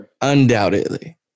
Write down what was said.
Undoubtedly